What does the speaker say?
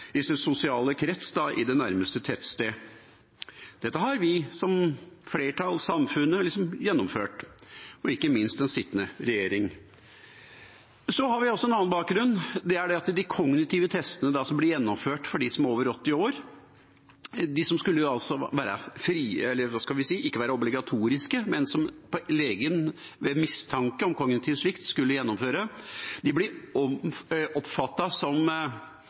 i sin sosiale krets i nærmeste tettsted. Dette har som flertall samfunnet gjennomført, og ikke minst den sittende regjering. Så har vi også en annen bakgrunn. Det er at de kognitive testene som blir gjennomført for dem som er over 80 år – som ikke skulle være obligatoriske, men som legen ved mistanke om kognitiv svikt skulle gjennomføre – i stor grad blir oppfattet som